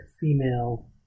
female